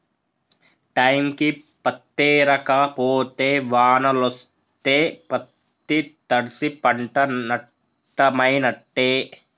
టైంకి పత్తేరక పోతే వానలొస్తే పత్తి తడ్సి పంట నట్టమైనట్టే